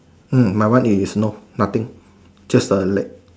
hmm my one is no nothing just the leg